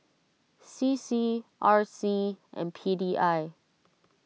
C C R C and P D I